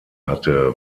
hatte